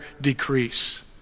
decrease